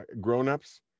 grownups